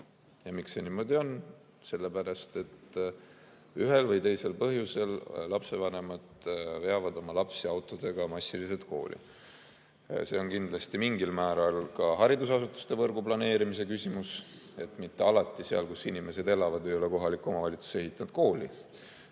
Miks see niimoodi on? Sellepärast, et ühel või teisel põhjusel lapsevanemad veavad massiliselt oma lapsi autodega kooli. See on kindlasti mingil määral ka haridusasutuste võrgu planeerimise küsimus: sinna, kus inimesed elavad, ei ole kohalik omavalitsus ehitanud kooli